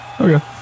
Okay